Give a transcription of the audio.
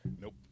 Nope